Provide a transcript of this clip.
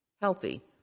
healthy